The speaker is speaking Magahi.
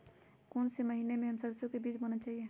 कौन से महीने में हम सरसो का बीज बोना चाहिए?